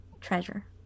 Treasure